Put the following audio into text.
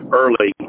early